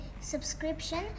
subscription